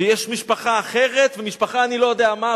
שיש משפחה אחרת ומשפחה אני לא יודע מה?